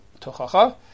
Tochacha